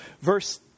verse